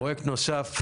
פרויקט נוסף,